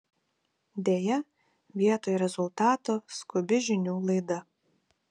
deja vietoj rezultato skubi žinių laida